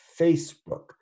Facebook